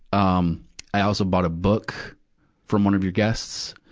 um i also bought a book from one of your guests.